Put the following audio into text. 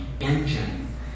engine